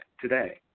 today